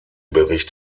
bericht